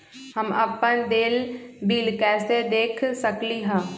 हम अपन देल बिल कैसे देख सकली ह?